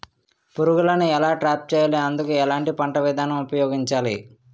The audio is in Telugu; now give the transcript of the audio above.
పురుగులను ఎలా ట్రాప్ చేయాలి? అందుకు ఎలాంటి పంట విధానం ఉపయోగించాలీ?